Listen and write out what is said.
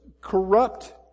corrupt